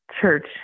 church